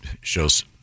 shows